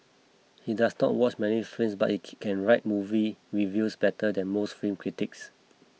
he does not watch many films but he can write movie reviews better than most film critics